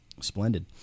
Splendid